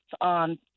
on